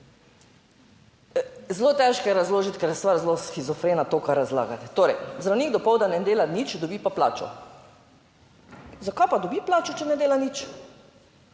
Zelo težko je razložiti, ker je stvar zelo shizofrena, to, kar razlagate. Torej zdravnik dopoldan ne dela nič, dobi pa plačo. Zakaj pa dobi plačo, če ne dela nič,